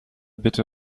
bitte